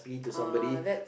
ah that's